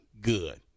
good